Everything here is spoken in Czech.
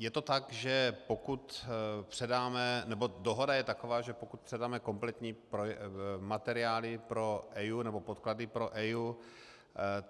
Je to tak, že pokud předáme, nebo dohoda je taková, že pokud předáme kompletní materiály pro EIA nebo podklady pro EIA,